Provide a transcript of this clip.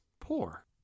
poor